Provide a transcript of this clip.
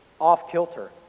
off-kilter